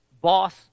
boss